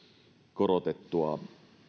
korotettua